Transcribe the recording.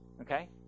okay